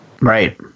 Right